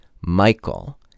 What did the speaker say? Michael